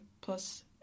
plus